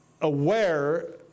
aware